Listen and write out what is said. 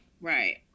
Right